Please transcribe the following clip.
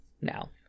Now